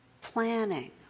planning